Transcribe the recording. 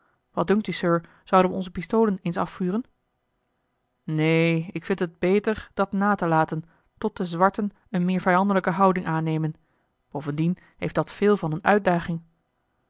dunkt u sir zouden we onze pistolen eens afvuren neen ik vind het beter dat na te laten tot de zwarten eene meer vijandelijke houding aannemen bovendien heeft dat veel van eene uitdaging